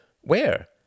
Where